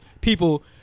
people